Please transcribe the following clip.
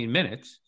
minutes